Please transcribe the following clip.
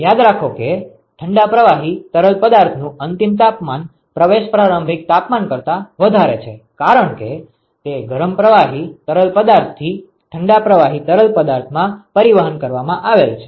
તો યાદ રાખો કે ઠંડા પ્રવાહી તરલ પદાર્થનું અંતિમ તાપમાન પ્રવેશ પ્રારંભિક તાપમાન કરતા વધારે છે કારણ કે તે ગરમ પ્રવાહી તરલ પદાર્થથી ઠંડા પ્રવાહી તરલ પદાર્થમાં પરિવહન કરવામાં આવેલ છે